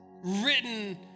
written